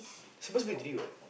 suppose to be three what